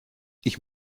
ich